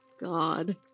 God